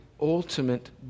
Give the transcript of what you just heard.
ultimate